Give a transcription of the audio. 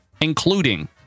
including